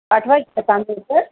पाठवायचं